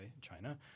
China